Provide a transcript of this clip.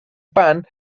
pan